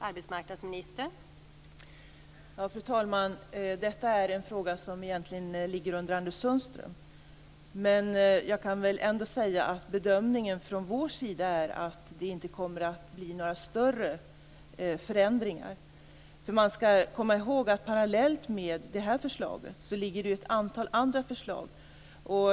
Fru talman! Detta är en fråga som egentligen ligger under Anders Sundström, men jag kan ändå säga att bedömningen från vår sida är att det inte kommer att bli några större förändringar. Man skall komma ihåg att parallellt med det här förslaget ligger ett antal andra förslag.